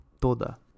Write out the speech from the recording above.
Toda